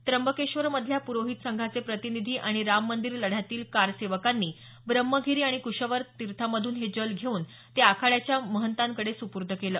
त्र्यंबकेश्वरमधल्या पुरोहित संघाचे प्रतिनिधी आणि राम मंदिर लढ्यातील कार सेवकांनी ब्रम्हगिरी आणि कुशावर्त तीर्थांमधून हे जल घेऊन ते आखाड्याच्या महतांकडे सुपूर्दे केले